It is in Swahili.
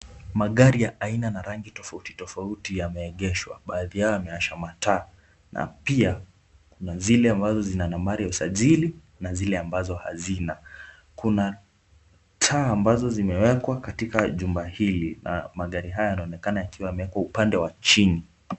Magari ya aina na rangi tofauti tofauti yameegeshwa. Baadhi yao yamewasha mataa na pia kuna zile ambazo zina nambari ya usajili na zile ambazo hazina. Kuna taa ambazo zimewekwa katika jumba hili na magari haya yanaonekana yakiwa yamewekwa upande wa chini.